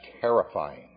terrifying